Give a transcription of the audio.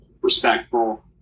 respectful